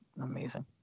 amazing